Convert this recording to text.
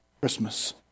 Christmas